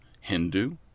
Hindu